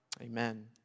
Amen